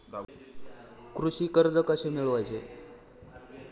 कृषी कर्ज कसे मिळवायचे?